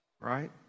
right